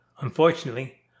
unfortunately